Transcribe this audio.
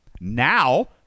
Now